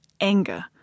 anger